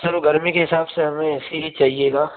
sir वह गर्मी के हिसाब से हमें ए सी ही चाहिए गा